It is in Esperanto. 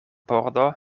pordo